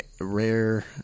Rare